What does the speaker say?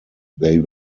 they